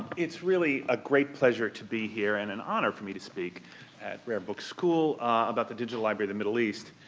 it's really a great pleasure to be here and an honor for me to speak at rare book school about the digital library of the middle east.